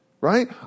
right